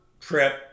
trip